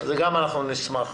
נשמח.